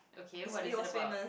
okay what they said about